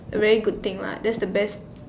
a very good thing lah that's the best